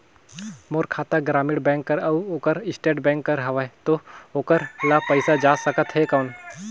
मोर खाता ग्रामीण बैंक कर अउ ओकर स्टेट बैंक कर हावेय तो ओकर ला पइसा जा सकत हे कौन?